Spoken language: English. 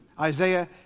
Isaiah